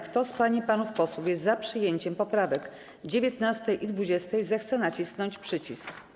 Kto z pań i panów posłów jest za przyjęciem poprawek 19. i 20., zechce nacisnąć przycisk.